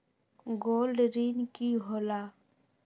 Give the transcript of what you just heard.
Gold ऋण की होला?